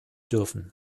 dürfen